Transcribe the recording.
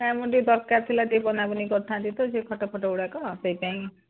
ହଁ ମୁଁ ଟିକିଏ ଦରକାର ଥିଲା ଟିକେ ବନାବନି କରିଥାନ୍ତି ତ ସିଏ ଖଟ ଫଟ ଗୁଡ଼ାକ ଗୁଡ଼ାକ ସେଇପାଇଁ